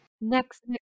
Next